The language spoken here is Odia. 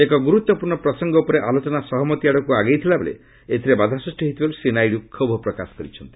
ଏକ ଗୁରୁତ୍ୱପୂର୍ଣ୍ଣ ପ୍ରସଙ୍ଗ ଉପରେ ଆଲୋଚନା ସହମତି ଆଡ଼କୁ ଆଗେଇଥିଲା ବେଳେ ଏଥିରେ ବାଧା ସୃଷ୍ଟି ହୋଇଥିବାରୁ ଶ୍ରୀ ନାଇଡୁ କ୍ଷୋଭ ପ୍ରକାଶ କରିଛନ୍ତି